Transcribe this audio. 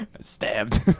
Stabbed